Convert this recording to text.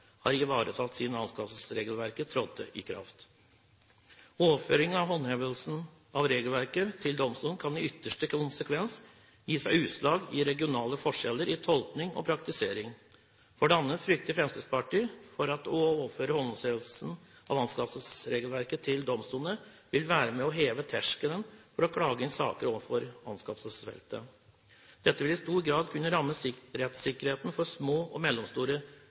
har ivaretatt siden anskaffelsesregelverket trådte i kraft. Overføring av håndhevelsen av regelverket til domstolene kan i ytterste konsekvens gi seg utslag i regionale forskjeller i tolking og praktisering. For det andre frykter Fremskrittspartiet at det å overføre håndhevelsen av anskaffelsesregelverket til domstolene vil være med på å heve terskelen for å klage inn saker innenfor anskaffelsesfeltet. Dette vil i stor grad kunne ramme rettssikkerheten for små og mellomstore